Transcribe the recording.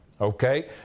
Okay